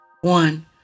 one